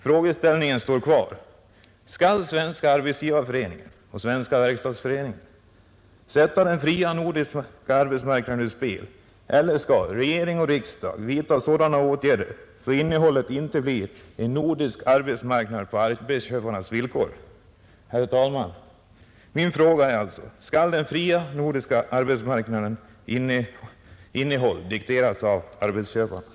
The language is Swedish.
Frågeställningen står kvar: Skall Svenska arbetsgivareföreningen och Svenska verkstadsföreningen sätta den fria nordiska arbetsmarknaden ur spel, eller skall regering och riksdag vidtaga sådana åtgärder att innehållet inte blir en nordisk arbetsmarknad på arbetsköparnas villkor? Herr talman! Min fråga är alltså: Skall den fria nordiska arbetsmarknadens innehåll dikteras av arbetsköparna?